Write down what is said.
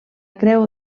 creu